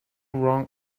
wrong